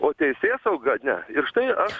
o teisėsauga ne ir štai aš